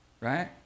right